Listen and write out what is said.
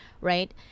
right